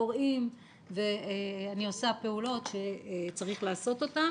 קוראים ואני עושה פעולות שצריך לעשות אותן.